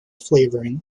flavoring